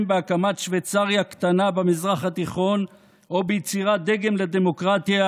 בהקמת שוויצריה קטנה במזרח התיכון או ביצירת דגם לדמוקרטיה,